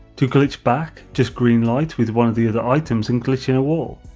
to glitch back, just greenlight with one of the other items and glitch in a wall.